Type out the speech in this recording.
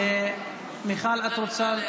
מיכל, את רוצה?